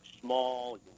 small